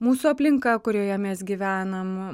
mūsų aplinka kurioje mes gyvenam